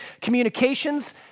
Communications